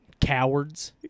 Cowards